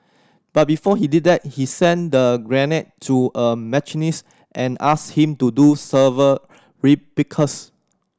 but before he did that he sent the grenade to a machinist and asked him to do several replicas